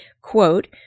quote